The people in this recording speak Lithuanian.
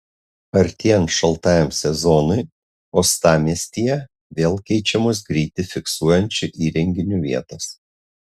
artėjant šaltajam sezonui uostamiestyje vėl keičiamos greitį fiksuojančių įrenginių vietos